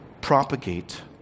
propagate